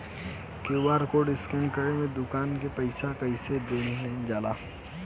QR code scan करके दुकान में पईसा कइसे देल जाला?